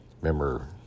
Remember